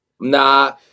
Nah